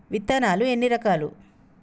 విత్తనాలు ఎన్ని రకాలు?